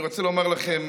אני רוצה לומר לכם,